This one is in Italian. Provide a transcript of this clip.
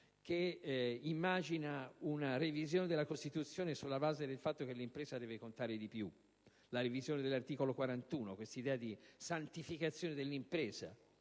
che immagina una revisione della Costituzione sulla base del fatto che l'impresa deve contare di più; mi riferisco alla revisione dell'articolo 41 e all'idea di santificare l'impresa,